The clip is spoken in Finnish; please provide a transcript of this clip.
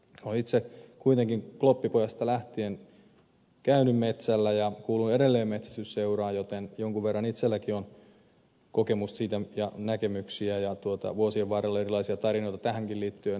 olen itse kuitenkin kloppipojasta lähtien käynyt metsällä ja kuulun edelleen metsästysseuraan joten jonkun verran itselläkin on kokemusta siitä ja näkemyksiä ja vuosien varrella erilaisia tarinoita tähänkin liittyen on kertynyt